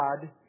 God